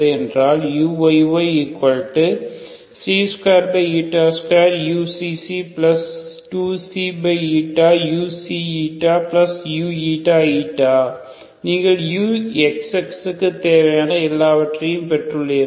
என்றால் uyy22uξξ2ξuuηη நீங்கள் uxx க்கு தேவையான எல்லாவற்றையும் பெற்றுள்ளீர்கள்